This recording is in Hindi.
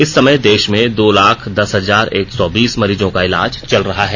इस समय देश में दो लाख दस हजार एक सौ बीस मरीजों का इलाज चल रहा है